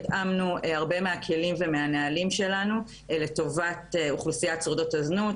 התאמנו הרבה מהכלים ומהנהלים שלנו לטובת אוכלוסיית שורדות הזנות,